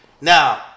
Now